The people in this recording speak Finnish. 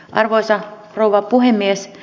arvoisa rouva puhemies